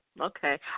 okay